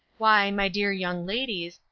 why, my dear young ladies,